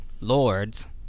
Lords